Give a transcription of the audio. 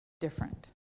different